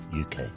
UK